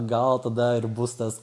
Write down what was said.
gal tada ir bus tas